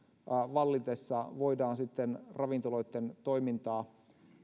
vallitessa voidaan ravintoloitten toimintaa